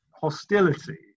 hostility